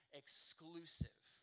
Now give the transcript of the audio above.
exclusive